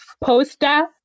poster